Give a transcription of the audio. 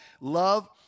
Love